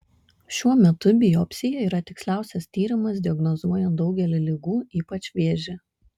šiuo metu biopsija yra tiksliausias tyrimas diagnozuojant daugelį ligų ypač vėžį